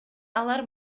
алар